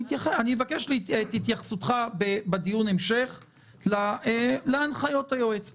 אני אבקש את התייחסותך בדיון ההמשך להנחיות היועץ.